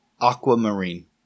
Aquamarine